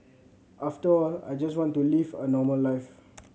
after all I just want to live a normal life